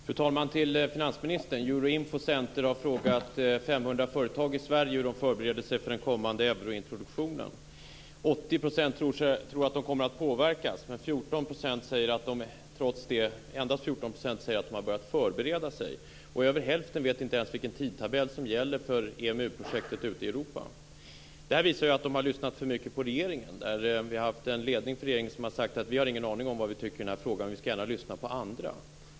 Fru talman! En fråga till finansministern. Euro Info Centre har frågat 500 företag i Sverige hur de förbereder sig för den kommande eurointroduktionen. 80 % tror att de kommer att påverkas. Trots det säger endast 14 % att de har börjat förbereda sig. Över hälften vet inte ens vilken tidtabell som gäller för EMU-projektet ute i Europa. Det här visar att de har lyssnat för mycket på regeringen. De ledande i regeringen har sagt att man inte har en aning om vad man tycker i den här frågan men att man gärna skall lyssna på andra.